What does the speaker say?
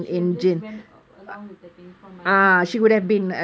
she would have just went along with that twenty four months jail